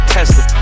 Tesla